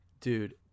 dude